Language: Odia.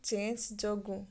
ଚେଞ୍ଚ ଯୋଗୁ